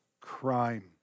crime